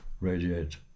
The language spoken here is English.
radiate